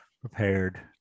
prepared